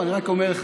אני רק אומר לך,